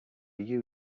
you